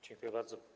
Dziękuję bardzo.